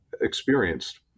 experienced